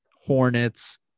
Hornets